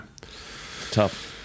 Tough